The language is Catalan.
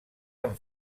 han